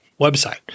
website